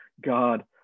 God